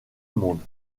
monde